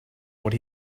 what